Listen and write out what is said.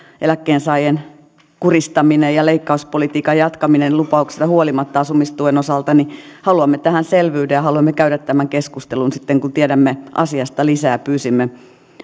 eläkkeensaajien kuristaminen ja leikkauspolitiikan jatkaminen lupauksista huolimatta asumistuen osalta että haluamme tähän selvyyden ja haluamme käydä tämän keskustelun sitten kun tiedämme asiasta lisää pyysimme